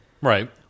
right